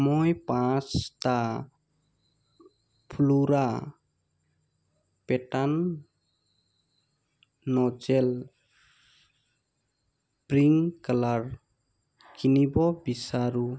মই পাঁচটা floral pattern nozzle pink colour কিনিব বিচাৰোঁ